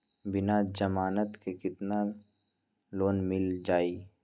बिना जमानत के केतना लोन मिल जाइ?